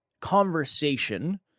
conversation